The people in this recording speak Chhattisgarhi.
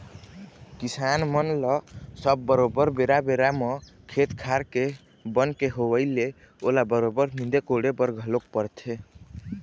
किसान मन ल सब बरोबर बेरा बेरा म खेत खार म बन के होवई ले ओला बरोबर नींदे कोड़े बर घलोक परथे